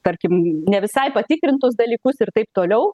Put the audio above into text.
tarkim ne visai patikrintus dalykus ir taip toliau